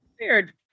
Weird